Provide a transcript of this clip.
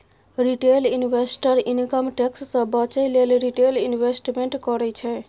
retail investor income tax सँ बचय लेल रिटेल इंवेस्टमेंट करय छै